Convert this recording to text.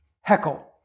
heckle